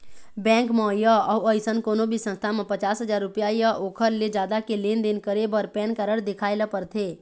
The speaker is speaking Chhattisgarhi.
बैंक म य अउ अइसन कोनो भी संस्था म पचास हजाररूपिया य ओखर ले जादा के लेन देन करे बर पैन कारड देखाए ल परथे